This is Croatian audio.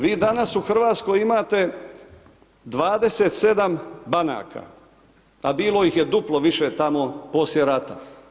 Vi danas u Hrvatskoj imate 27 banaka a bilo ih je duplo više tamo poslije rata.